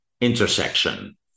intersection